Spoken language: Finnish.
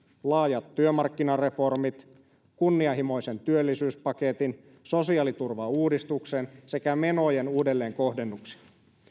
laajat työmarkkinareformit kunnianhimoisen työllisyyspaketin sosiaaliturvauudistuksen sekä menojen uudelleenkohdennuksia